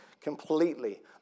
Completely